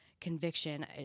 conviction